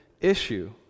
issue